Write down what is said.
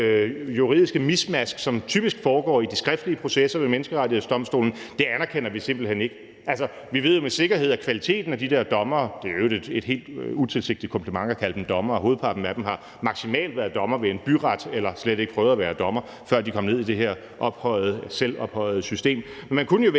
juridiske miskmask, som typisk foregår i de skriftlige processer ved Menneskerettighedsdomstolen, anerkender vi simpelt hen ikke. Vi ved jo med sikkerhed, hvordan kvaliteten af de der dommere er – det er i øvrigt et helt utilsigtet kompliment at kalde dem dommere, for hovedparten har maksimalt været dommer ved en byret eller slet ikke prøvet at være dommer, før de kom ned i det her selvophøjede system. Men man kunne jo vælge